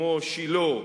כמו שילה,